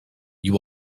you